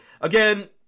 again